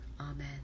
Amen